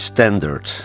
Standard